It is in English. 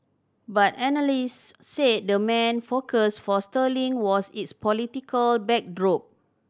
but analysts said the main focus for sterling was its political backdrop